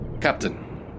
Captain